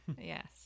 yes